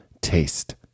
taste